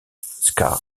ska